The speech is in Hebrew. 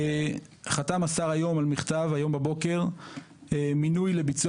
חתם השר הבוקר על מכתב מינוי לביצוע